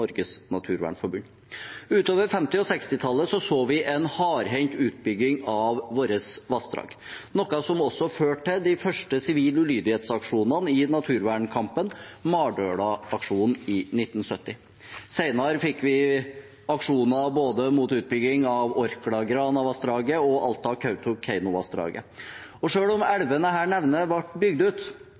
Norges Naturvernforbund. Utover 1950- og 1960-tallet så vi en hardhendt utbygging av våre vassdrag, noe som også førte til de første sivil ulydighets-aksjonene i naturvernkampen; Mardøla-aksjonen i 1970. Senere fikk vi aksjoner mot utbygging av både Orkla/Grana-vassdraget og Alta-Kautokeino-vassdraget. Selv om elvene jeg her nevner, ble bygd ut,